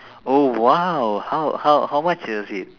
oh !wow! how how how much is it